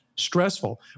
stressful